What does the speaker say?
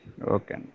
Okay